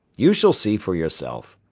you shall see for yourself,